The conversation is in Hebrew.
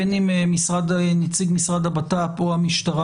בין אם נציג משרד הבט"פ או המשטרה,